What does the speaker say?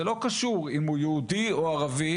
זה לא קשור אם הוא יהודי או ערבי,